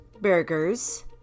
Burgers